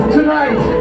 Tonight